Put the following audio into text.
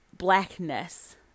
blackness